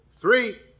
three